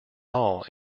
all